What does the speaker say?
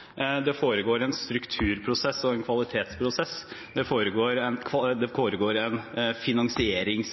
ikke foregår noe innenfor høyere utdanning – snarere tvert imot. Det foregår en strukturprosess og en kvalitetsprosess.